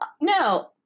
no